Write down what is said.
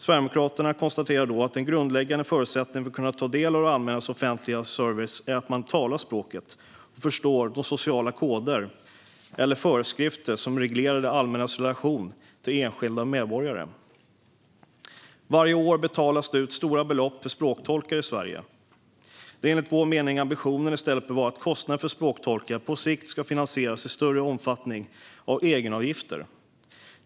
Sverigedemokraterna konstaterade då att en grundläggande förutsättning för att kunna ta del av det allmännas offentliga service är att man talar språket och förstår de sociala koder eller föreskrifter som reglerar det allmännas relation till enskilda medborgare. Varje år betalas det ut stora belopp för språktolkar i Sverige. Enligt vår mening bör ambitionen i stället vara att kostnaden för språktolkar på sikt i större omfattning ska finansieras av egenavgifter.